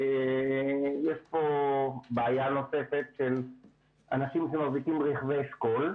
יש פה בעיה נוספת של אנשים שמחזיקים רכבי אשכול.